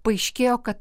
paaiškėjo kad